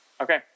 Okay